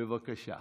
בבקשה.